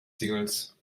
singles